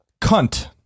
Cunt